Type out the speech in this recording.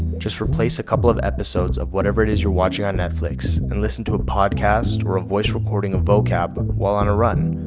just replace a couple of episodes of whatever it is you're watching on netflix, and listen to a podcast or a voice recording of vocab while on a run.